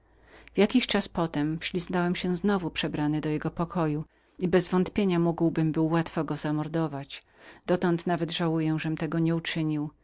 jakiś czas potem wśliznąłem się znowu przebrany do jego pokoju i bezwątpienia mógłbym był łatwo go zamordować dotąd nawet żałuję żem tego nie uczynił